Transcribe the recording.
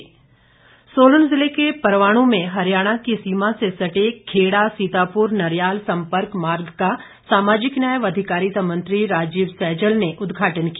सैजल सोलन ज़िले के परवाणु में हरियाणा की सीमा से सटे खेड़ा सीतापुर नरयाल सम्पर्क मार्ग का सामाजिक न्याय व अधिकारिता मंत्री राजीव सैजल ने उदघाटन किया